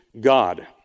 God